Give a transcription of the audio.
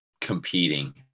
competing